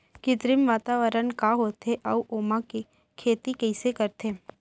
कृत्रिम वातावरण का होथे, अऊ ओमा खेती कइसे करथे?